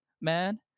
man